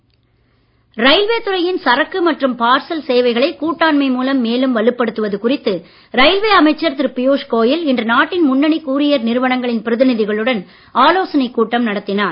railway railway துறையின் சரக்கு மற்றும் பார்சல் சேவைகளை கூட்டாண்மை மூலம் மேலும் வலுப்படுத்துவது குறித்து ரயில்வே அமைச்சர் திரு பியூஷ் கோயல் இன்று நாட்டின் முன்னணி கூரியர் நிறுவனங்களின் பிரதிநிதிகளுடன் ஆலோசனைக் கூட்டம் நடத்தினார்